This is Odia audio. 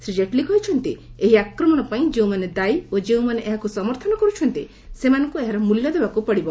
ଶ୍ରୀ ଜେଟ୍ଲୀ କହିଚ୍ଚନ୍ତି ଏହି ଆକ୍ରମଣ ପାଇଁ ଯେଉଁମାନେ ଦାୟୀ ଓ ଯେଉଁମାନେ ଏହାକୁ ସମର୍ଥନ କରୁଛନ୍ତି ସେମାନଙ୍କୁ ଏହାର ମୂଲ୍ୟ ଦେବାକୁ ପଡ଼ିବ